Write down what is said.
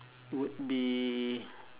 would be